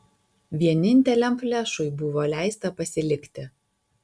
vieninteliam flešui buvo leista pasilikti